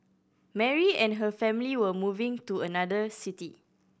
Mary and her family were moving to another city